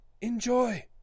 Enjoy